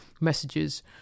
messages